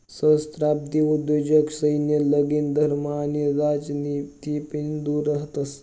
सहस्त्राब्दी उद्योजक सैन्य, लगीन, धर्म आणि राजनितीपाईन दूर रहातस